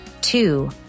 Two